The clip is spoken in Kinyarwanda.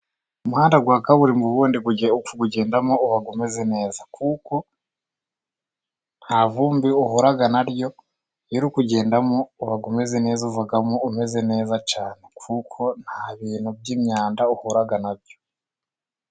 Umuhanda wa kaburimbo, ubundi kuwugendamo uba umeze neza , kuko nta vumbi uhura naryo iyo uri kugendamo uba umeze neza uvamo umeze neza cyane kuko nta bintu by'imyanda uhura na byo.